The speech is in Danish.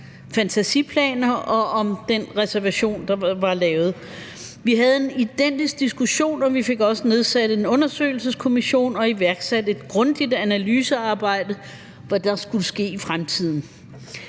fantasiplaner, og om den reservation, der var lavet. Vi havde en identisk diskussion, og vi fik også nedsat en undersøgelseskommission og iværksat et grundigt analysearbejde om, hvad der skulle ske i fremtiden.